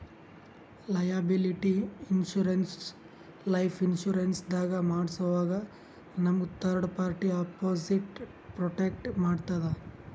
liability insurance life insurance ದಾಗ್ ಮಾಡ್ಸೋವಾಗ್ ನಮ್ಗ್ ಥರ್ಡ್ ಪಾರ್ಟಿ ಅಪೊಸಿಟ್ ಪ್ರೊಟೆಕ್ಟ್ ಮಾಡ್ತದ್